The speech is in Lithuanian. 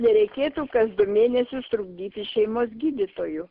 nereikėtų kas du mėnesius trukdyti šeimos gydytojų